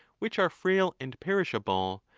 which are frail and perishable,